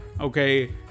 okay